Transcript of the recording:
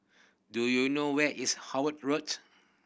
do you know where is Howard Road